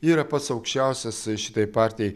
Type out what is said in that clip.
yra pats aukščiausias šitai partijai